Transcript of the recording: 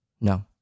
No